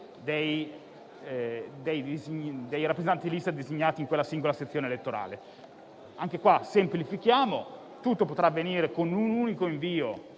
dei rappresentanti di lista designati in quella singola sezione elettorale. Anche in questo caso, semplifichiamo: tutto potrà avvenire con un unico invio